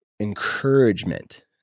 encouragement